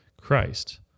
christ